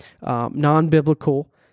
non-biblical